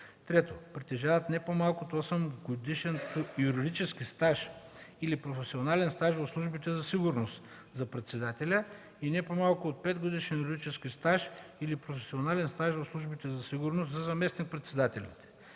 3. притежават не по-малко от 8-годишен юридически стаж или професионален стаж в службите за сигурност – за председателя, и не по-малко от 5-годишен юридически стаж или професионален стаж в службите за сигурност – за заместник-председателите;